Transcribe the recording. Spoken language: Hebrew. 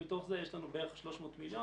מתוך זה יש לנו בערך 300 מיליון,